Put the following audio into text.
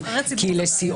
הרי אחד